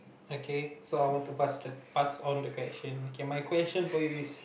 okay so I want to passed pass on the question can my question for you is